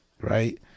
Right